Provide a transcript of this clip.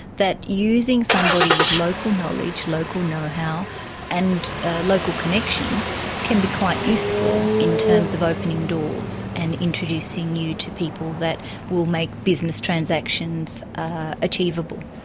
that using somebody with local knowledge, local know-how and ah local connections can be quite useful in terms of opening doors and introducing you to people that will make business transactions achievable.